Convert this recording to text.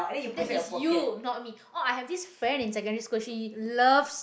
that is you not me oh i have this friend in secondary school she loves